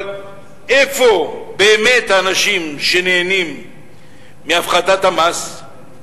אבל איפה באמת האנשים שנהנים מהפחתת המס,